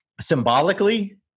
symbolically